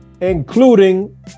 including